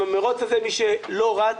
במרוץ הזה, מי שלא רץ,